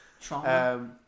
trauma